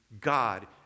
God